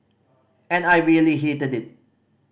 and I really hated it